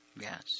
Yes